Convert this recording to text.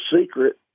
secret